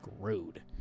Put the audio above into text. screwed